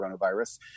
coronavirus